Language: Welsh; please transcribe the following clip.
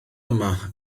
yma